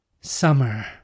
Summer